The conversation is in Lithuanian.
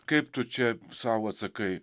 kaip tu čia sau atsakai